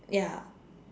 ya